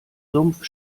sumpf